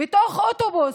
בתוך אוטובוס,